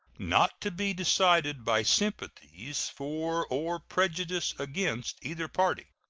not to be decided by sympathies for or prejudices against either party.